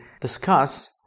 discuss